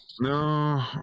No